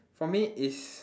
for me is